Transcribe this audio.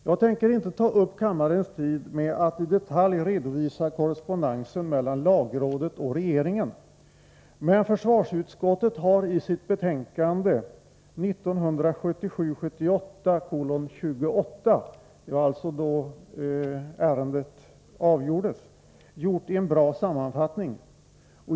Jag tänker inte ta upp kammarens tid med att i detalj redovisa korrespondensen mellan lagrådet och regeringen, men försvarsutskottet har i sitt betänkande 1977/78:28 — det var alltså då ärendet avgjordes — gjort en bra sammanfattning.